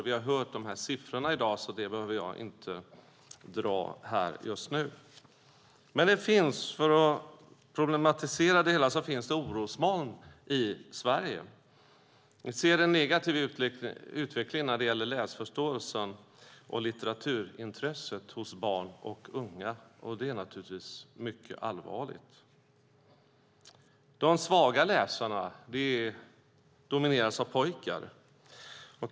Vi har hört siffror om det i dag, så det behöver jag inte ta upp just nu. Men det finns, för att problematisera det hela, orosmoln i Sverige. Vi ser en negativ utveckling när det gäller läsförståelse och litteraturintresse hos barn och unga, och det är naturligtvis mycket allvarligt. De svaga läsarna är mest pojkar.